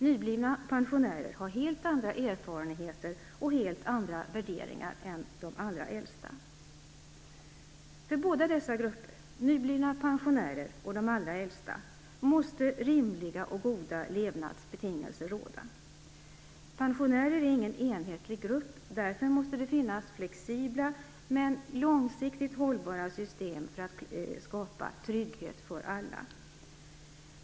Nyblivna pensionärer har helt andra erfarenheter och helt andra värderingar än de allra äldsta. För båda dessa grupper - nyblivna pensionärer och de allra äldsta - måste rimliga och goda levnadsbetingelser råda. Pensionärer är ingen enhetlig grupp, och därför måste det finnas flexibla men långsiktigt hållbara system för att skapa trygghet för alla.